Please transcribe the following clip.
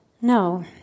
No